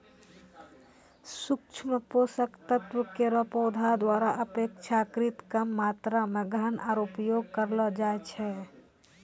सूक्ष्म पोषक तत्व केरो पौधा द्वारा अपेक्षाकृत कम मात्रा म ग्रहण आरु उपयोग करलो जाय छै